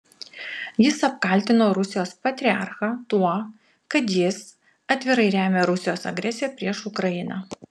jis apkaltino rusijos patriarchą tuo kad jis atvirai remia rusijos agresiją prieš ukrainą